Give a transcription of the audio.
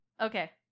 okay